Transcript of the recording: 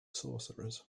sorcerers